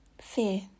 fear